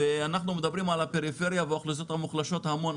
אנחנו מדברים על הפריפריה והאוכלוסיות המוחלשות המון,